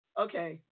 okay